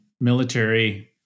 military